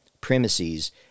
premises